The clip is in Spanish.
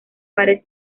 pared